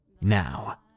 Now